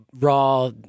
raw